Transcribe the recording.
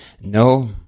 No